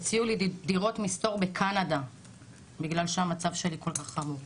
הציעו לי דירות מסתור בקנדה בגלל שהמצב שלי כל כך חמור.